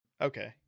Okay